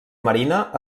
marina